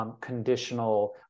conditional